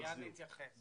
מיד נתייחס לזה.